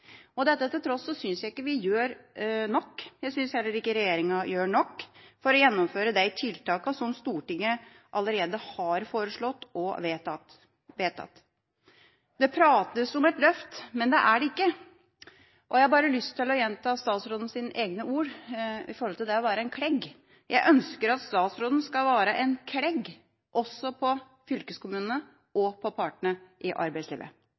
Dette til tross syns jeg ikke vi gjør nok. Jeg syns heller ikke regjeringa gjør nok for å gjennomføre de tiltakene som Stortinget allerede har foreslått og vedtatt. Det prates om et løft, men det er det ikke. Jeg har bare lyst til å gjenta statsrådens egne ord om det å være en klegg: Jeg ønsker at statsråden skal være en klegg også på fylkeskommunene og partene i arbeidslivet.